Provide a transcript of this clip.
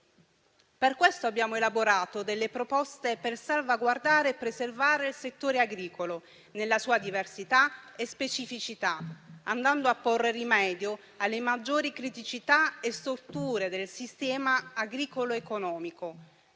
Per questo abbiamo elaborato delle proposte per salvaguardare e preservare il settore agricolo nella sua diversità e specificità, andando a porre rimedio alle maggiori criticità e storture del sistema agricolo-economico,